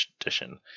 edition